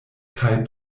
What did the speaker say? kaj